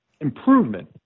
improvement